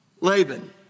Laban